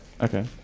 Okay